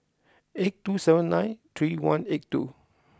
eight two seven nine three one eight two